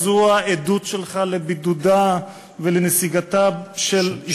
זו העדות שלך לבידודה ולנסיגתה של ישראל,